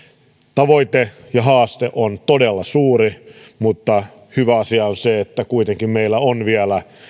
tavoite ja haaste on todella suuri mutta hyvä asia on se että meillä on kuitenkin vielä